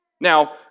Now